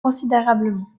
considérablement